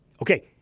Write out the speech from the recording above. Okay